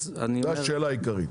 זו השאלה העיקרית.